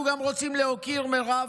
אנחנו גם רוצים להוקיר, מירב,